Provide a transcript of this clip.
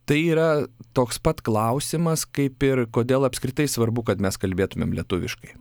tai yra toks pat klausimas kaip ir kodėl apskritai svarbu kad mes kalbėtumėm lietuviškai